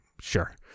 sure